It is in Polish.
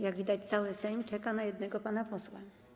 Jak widać, cały Sejm czeka na jednego pana posła.